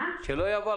שלא יבוא על